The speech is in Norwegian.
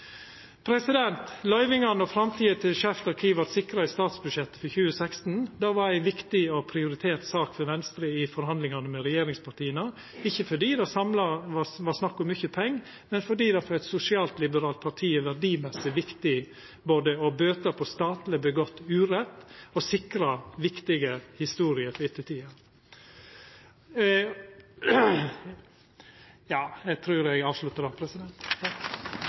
framtida til Skeivt arkiv vart sikra i statsbudsjettet for 2016, var ei viktig og prioritert sak for Venstre i forhandlingane med regjeringspartia – ikkje fordi det samla var snakk om mykje pengar, men fordi det for eit sosial-liberalt parti er verdimessig viktig både å bøta på statleg utført urett og å sikra viktige historier for ettertida. Eg trur eg avsluttar der. Det er